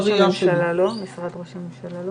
ומשרד ראש הממשלה?